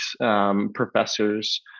professors